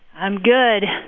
i'm good.